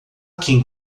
kim